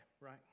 right